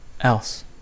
else